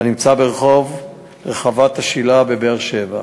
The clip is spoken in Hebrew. הנמצא ברחוב רחבת השל"ה בבאר-שבע.